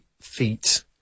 feet